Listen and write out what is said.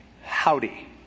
howdy